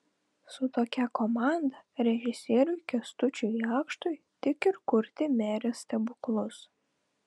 su tokia komanda režisieriui kęstučiui jakštui tik ir kurti merės stebuklus